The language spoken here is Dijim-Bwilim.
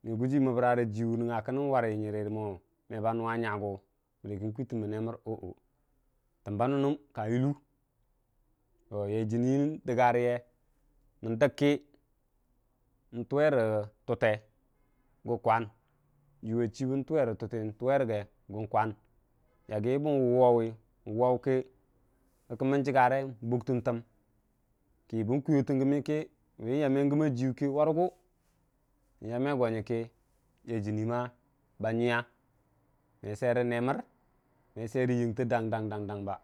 me guji məbrarə ji nən warə mo me ba nəngnga nyagu bərkə kytənba nemərəng təmba nən ka yullu, yai jənni dəgga rəye dəgga kə juwe rətute gu kwan yaggi bən wuu wawwi wau kə, kəmən jiggare nbuktən təm kə bən kuyotəm gəmi kə kə bən yamme gəmma jiyu kə warəgu n'yamme go nyəkə yai jənni ba nyəyə me sai rə nemər me sai rə yəngtə dang dang ba.